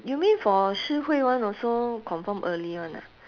you mean for shi hui [one] also confirm early [one] ah